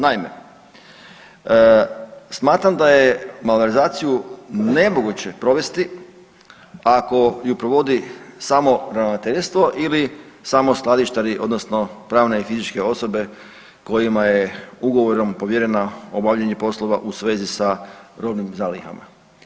Naime, smatram da je malverzaciju nemoguće provesti ako je provodi samo ravnateljstvo ili samo skladištari, odnosno pravne i fizičke osobe kojima je ugovorom povjereno obavljanje poslova u svezi sa robnim zalihama.